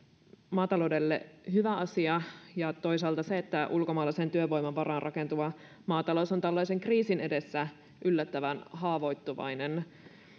maataloudelle hyvä asia ja toisaalta sitä että ulkomaalaisen työvoiman varaan rakentuva maatalous on tällaisen kriisin edessä yllättävän haavoittuvainen